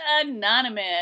Anonymous